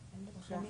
הוא מצביע